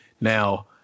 Now